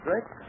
Great